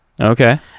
okay